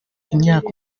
imyaka